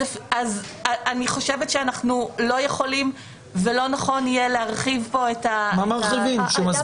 אז אנחנו לא יכולים ולא נכון יהיה להרחיב פה -- מה מרחיבים?